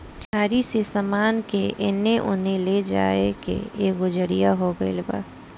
गाड़ी से सामान के एने ओने ले जाए के एगो जरिआ हो गइल बा